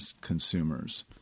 consumers